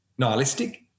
nihilistic